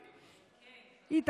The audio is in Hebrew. היא,